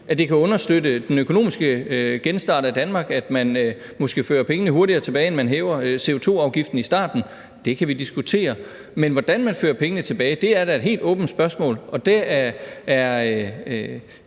at det kan understøtte den økonomiske genstart af Danmark, at man måske fører pengene hurtigere tilbage, inden man hæver CO2-afgiften i starten. Det kan vi diskutere, men hvordan man fører pengene tilbage, er da et helt åbent spørgsmål. Det kan